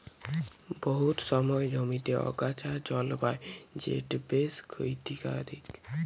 বহুত সময় জমিতে আগাছা জল্মায় যেট বেশ খ্যতিকারক